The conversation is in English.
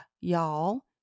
y'all